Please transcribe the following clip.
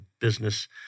business